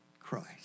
Christ